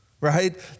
right